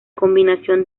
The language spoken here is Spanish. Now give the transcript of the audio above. combinación